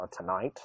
tonight